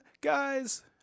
guys